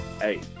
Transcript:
Hey